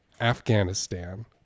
Afghanistan